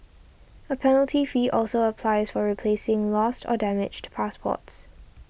a penalty fee also applies for replacing lost or damaged passports